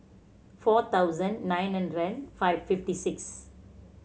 four thousand nine hundred five fifty six